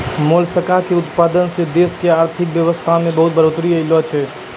मोलसका के उतपादन सें देश के आरथिक बेवसथा में बहुत्ते बढ़ोतरी ऐलोॅ छै